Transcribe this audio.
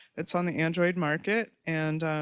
that's on the android market, and